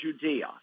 Judea